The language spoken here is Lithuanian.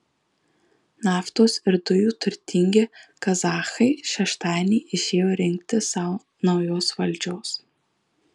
naftos ir dujų turtingi kazachai šeštadienį išėjo rinkti sau naujos valdžios